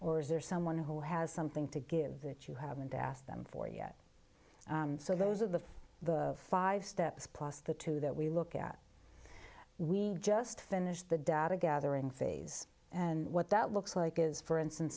or is there someone who has something to give that you haven't asked them for yet so those of the five steps plus the two that we look at we just finished the data gathering phase and what that looks like is for instance